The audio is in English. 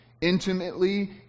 intimately